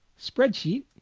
spreadsheet.